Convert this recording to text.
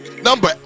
Number